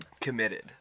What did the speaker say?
Committed